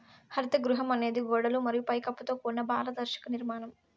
హరిత గృహం అనేది గోడలు మరియు పై కప్పుతో కూడిన పారదర్శక నిర్మాణం